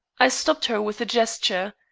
i stopped her with a gesture.